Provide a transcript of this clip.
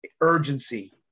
urgency